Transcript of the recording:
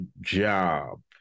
job